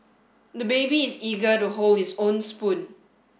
the baby is eager to hold his own spoon